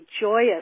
joyous